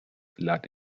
lag